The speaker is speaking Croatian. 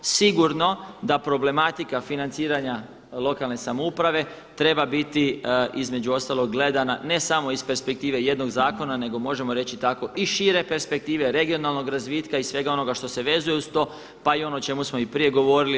Sigurno da problematika financiranja lokalne samouprave treba biti između ostalog gledana ne samo iz perspektive jednog zakona, nego možemo reći tako i šire perspektive, regionalnog razvitka i svega onoga što se vezuje uz to, pa i ono o čemu smo i prije govorili.